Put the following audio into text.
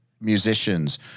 musicians